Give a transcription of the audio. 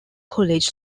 college